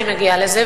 אני מגיעה לזה,